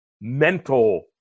mental